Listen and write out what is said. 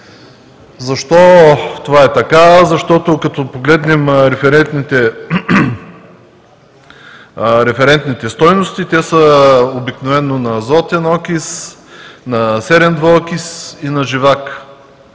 Защо това е така? Като погледнем референтните стойности, те обикновено са на азотен окис, на серен двуокис и на живак.